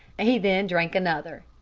he then drank another.